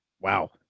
wow